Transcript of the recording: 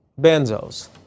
benzos